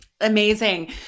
Amazing